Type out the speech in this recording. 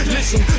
Listen